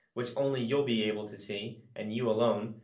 which only you'll be able to see and you alone.